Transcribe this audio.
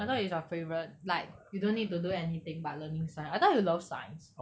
I thought is your favourite like you don't need to do anything but learning science I thought you love science